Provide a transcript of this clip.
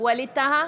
ווליד טאהא,